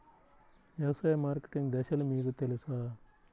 వ్యవసాయ మార్కెటింగ్ దశలు మీకు తెలుసా?